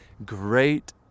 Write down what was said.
Great